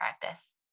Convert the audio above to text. practice